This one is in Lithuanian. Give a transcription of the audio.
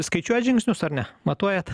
skaičiuojat žingsnius ar ne matuojat